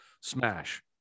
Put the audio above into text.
smash